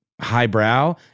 highbrow